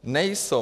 Nejsou.